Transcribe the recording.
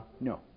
no